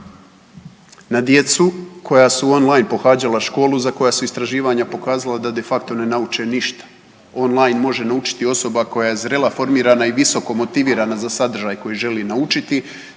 na djecu koja su on line pohađala školu za koja su istraživanja pokazala da de facto ne nauče ništa online može naučiti osoba koja je zrela, formirana i visoko motivirana za sadržaj koji želi naučiti.